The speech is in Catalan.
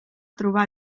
trobar